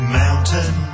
mountain